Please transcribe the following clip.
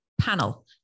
panel